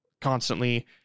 constantly